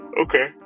Okay